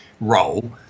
role